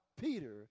Peter